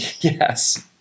Yes